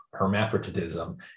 hermaphroditism